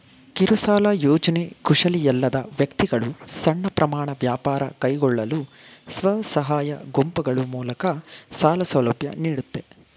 ಕಿರುಸಾಲ ಯೋಜ್ನೆ ಕುಶಲಿಯಲ್ಲದ ವ್ಯಕ್ತಿಗಳು ಸಣ್ಣ ಪ್ರಮಾಣ ವ್ಯಾಪಾರ ಕೈಗೊಳ್ಳಲು ಸ್ವಸಹಾಯ ಗುಂಪುಗಳು ಮೂಲಕ ಸಾಲ ಸೌಲಭ್ಯ ನೀಡುತ್ತೆ